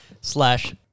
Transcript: slash